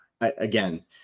again